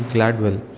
Gladwell